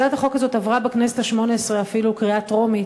הצעת החוק הזאת עברה בכנסת השמונה-עשרה אפילו קריאה טרומית,